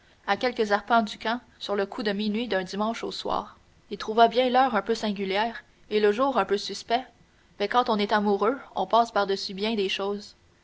à quelques arpents du camp sur le coup de minuit d'un dimanche au soir il trouva bien l'heure un peu singulière et le jour un peu suspect mais quand on est amoureux on passe par-dessus bien des choses